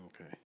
Okay